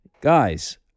Guys